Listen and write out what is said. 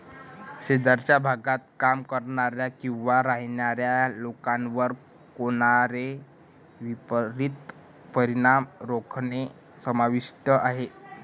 शेजारच्या भागात काम करणाऱ्या किंवा राहणाऱ्या लोकांवर होणारे विपरीत परिणाम रोखणे समाविष्ट आहे